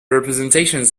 representations